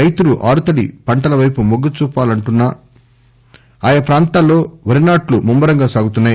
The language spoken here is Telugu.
రైతులు ఆరుతడి పంటల వైపు మొగ్గు చూపాలంటున్నా ఆయా ప్రాంతాల్లో వరినాట్లు ముమ్మ రంగా సాగుతున్నాయి